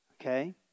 Okay